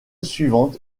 suivante